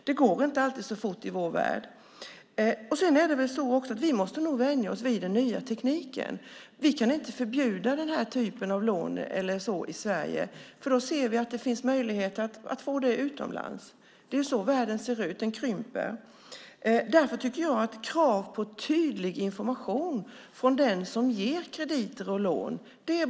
Det går inte alltid så fort i vår värld. Sedan måste vi nog vänja oss vid den nya tekniken. Vi kan inte förbjuda den här typen av lån i Sverige, för då finns det, som vi ser, möjligheter att få lån utomlands. Det är så världen ser ut; den krymper. Därför tycker jag att det är viktigt med krav på tydlig information från den som ger krediter och lån.